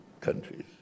countries